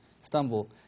stumble